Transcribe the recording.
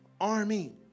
army